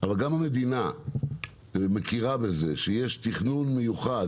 אבל גם המדינה מכירה בזה שיש תכנון מיוחד,